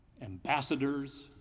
ambassadors